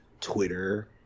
Twitter